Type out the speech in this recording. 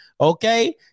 Okay